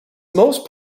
most